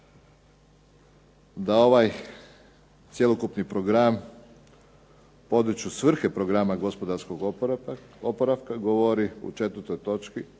Da ovaj cjelokupni program u području svrhe programa gospodarskog oporavka govori u 4. točki